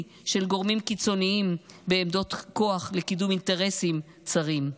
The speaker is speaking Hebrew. של גורמים קיצוניים בעמדות כוח לקידום אינטרסים צרים.